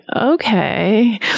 okay